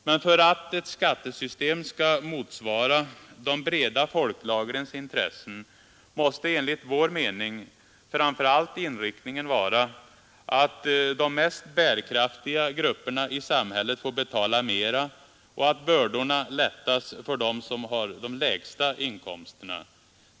Men för att ett skattesystem skall motsvara de breda folklagrens intressen måste enligt vår mening framför allt inriktningen vara, att de mest bärkraftiga grupperna i samhället får betala mera och att bördorna lättas för dem som har de lägsta inkomsterna.